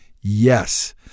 yes